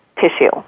tissue